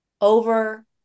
over